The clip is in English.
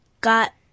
got